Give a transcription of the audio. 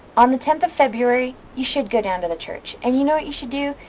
on the tenth of february you should go down to the church and you know what you should do?